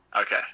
Okay